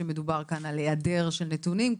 שמדובר כאן על היעדר נתונים,